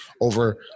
over